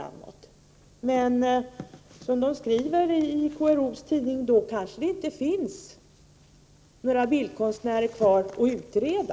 Men, som det skrivs i KRO:s tidning, kanske det inte finns några bildkonstnärer kvar och någonting att utreda.